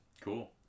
Cool